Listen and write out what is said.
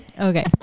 Okay